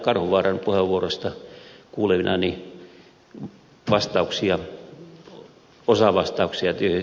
karhuvaaran puheenvuorosta kuulevinani osavastauksia tähän kysymykseen